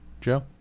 Joe